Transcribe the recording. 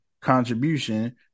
contribution